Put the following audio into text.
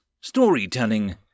Storytelling